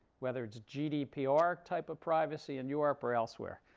whether it's gdpr type of privacy in europe or elsewhere.